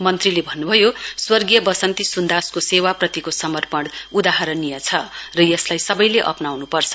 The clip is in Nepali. मन्त्रीले भन्न्भयो स्वगीर्य बसन्ती सुन्दासको सेवाप्रतिको समपर्ण उदाहाणीय छ र यसलाई सबैले अप्नाउन्पर्छ